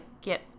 Get